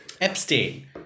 Epstein